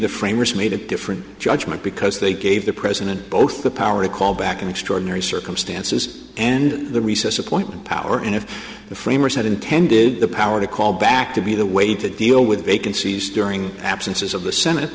the framers made it different judgment because they gave the president both the power to call back in extraordinary circumstances and the recess appointment power and if the framers had intended the power to call back to be the way to deal with vacancies during absences of the senate